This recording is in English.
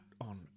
on